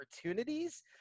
opportunities